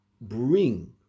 bring